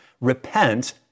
Repent